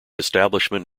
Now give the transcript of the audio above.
establishment